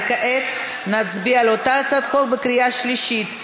וכעת נצביע על אותה הצעת חוק בקריאה שלישית.